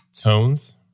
tones